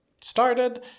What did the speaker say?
started